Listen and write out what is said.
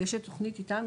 ויש את תוכנית "איתנו",